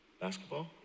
Basketball